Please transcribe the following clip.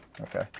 Okay